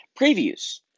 previews